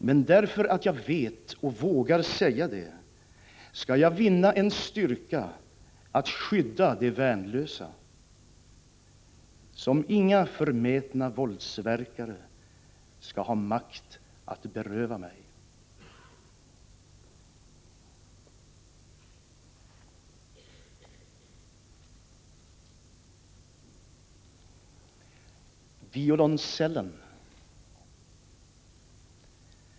Men därför att jag vet och vågar att säga det, skall jag vinna en styrka att skydda de värnlösa, som inga förmätna våldsverkare skall ha makt att beröva mig.